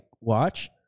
watch